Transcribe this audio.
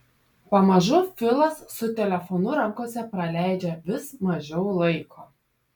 pamažu filas su telefonu rankose praleidžia vis mažiau laiko